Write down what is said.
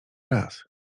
raz